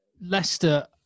Leicester